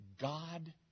God